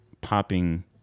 Popping